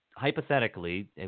hypothetically